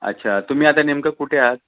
अच्छा तुम्ही आता नेमकं कुठे आहात